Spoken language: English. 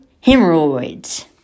hemorrhoids